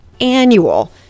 Annual